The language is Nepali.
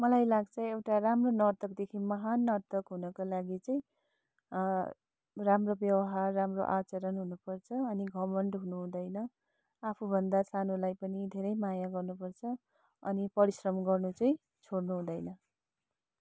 मलाई लाग्छ एउटा राम्रो नर्तकदेखि महान नर्तक हुनको लागि चाहिँ राम्रो व्यवहार राम्रो आचरण हुनुपर्छ अनि घमन्ड हुनुहुँदैन आफूभन्दा सानोलाई पनि धेरै माया गर्नुपर्छ अनि परिश्रम गर्नु चाहिँ छोड्नु हुँदैन